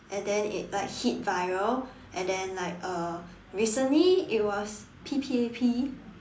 and then it like hit viral and then like uh recently it was P_P_A_P